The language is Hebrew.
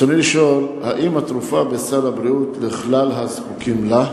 רצוני לשאול: 1. האם התרופה נמצאת בסל הבריאות לכלל הזקוקים לה?